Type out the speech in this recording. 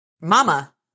Mama